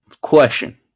Question